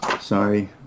Sorry